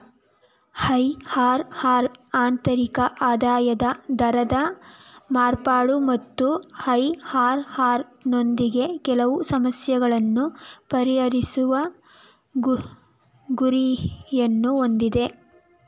IRR ಆಂತರಿಕ ಆದಾಯದ ದರದ ಮಾರ್ಪಾಡು ಮತ್ತು ಐ.ಆರ್.ಆರ್ ನೊಂದಿಗೆ ಕೆಲವು ಸಮಸ್ಯೆಗಳನ್ನು ಪರಿಹರಿಸುವ ಗುರಿಯನ್ನು ಹೊಂದಿದೆ